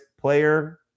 player